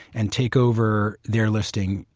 and takeover their listing.